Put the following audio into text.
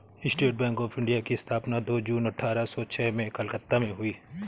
state Bank of India की स्थापना दो जून अठारह सो छह में कलकत्ता में हुई